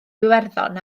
iwerddon